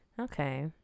Okay